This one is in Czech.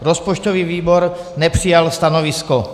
Rozpočtový výbor nepřijal stanovisko.